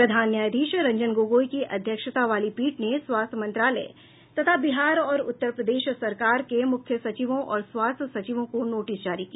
प्रधान न्यायाधीश रंजन गोगोई की अध्यक्षता वाली पीठ ने स्वास्थ्य मंत्रालय तथा बिहार और उत्तर प्रदेश सरकार के मुख्य सचिवों और स्वास्थ्य सचिवों को नोटिस जारी किया